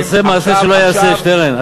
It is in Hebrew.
אתה עושה מעשה שלא ייעשה, שטרן.